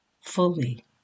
fully